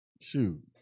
Shoot